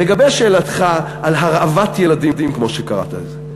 לגבי שאלתך על הרעבת ילדים, כמו שקראת לזה.